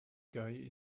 guy